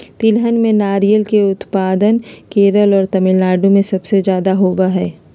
तिलहन में नारियल के उत्पादन केरल और तमिलनाडु में सबसे ज्यादा होबा हई